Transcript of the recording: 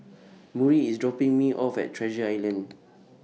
Murry IS dropping Me off At Treasure Island